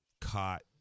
caught